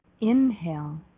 inhale